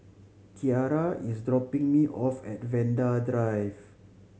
Kyara is dropping me off at Vanda Drive